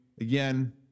Again